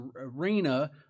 arena